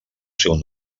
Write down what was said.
seu